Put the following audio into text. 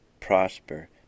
prosper